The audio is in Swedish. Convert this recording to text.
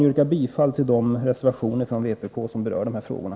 Jag yrkar bifall till de vpk-reservationer som berör de här frågorna.